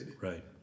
Right